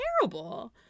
terrible